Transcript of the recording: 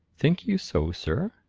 think you so, sir?